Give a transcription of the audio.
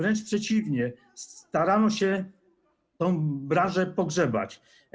wręcz przeciwnie, starano się tę branżę pogrzebać.